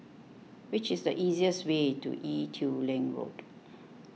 what is the easiest way to Ee Teow Leng Road